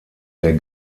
der